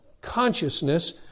consciousness